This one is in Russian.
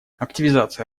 активизация